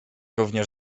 również